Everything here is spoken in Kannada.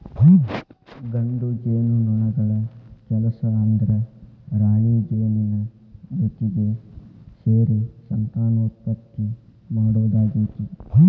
ಗಂಡು ಜೇನುನೊಣಗಳ ಕೆಲಸ ಅಂದ್ರ ರಾಣಿಜೇನಿನ ಜೊತಿಗೆ ಸೇರಿ ಸಂತಾನೋತ್ಪತ್ತಿ ಮಾಡೋದಾಗೇತಿ